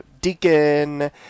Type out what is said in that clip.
Deacon